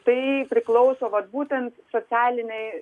tai priklauso vat būtent socialinei